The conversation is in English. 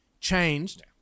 changed